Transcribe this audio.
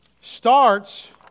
starts